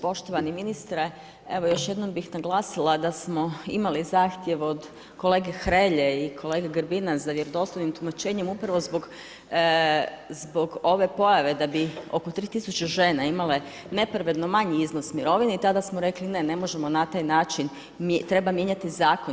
Poštovani ministre, evo još jednom bih naglasila da smo imali zahtjev od kolege Hrelje i kolege Grbina za vjerodostojnim tumačenjem upravo zbog ove pojave da bi oko 3 tisuće žena imale nepravedno manji iznos mirovine i tada smo rekli ne, ne možemo na taj način, treba mijenjati zakon.